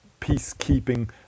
peacekeeping